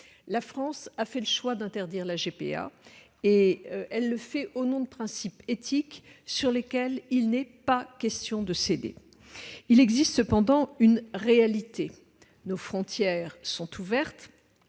La France a fait le choix d'interdire la GPA, au nom de principes éthiques sur lesquels il n'est pas question de céder. Il existe cependant une réalité : nos frontières sont ouvertes